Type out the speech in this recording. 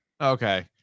Okay